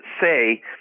say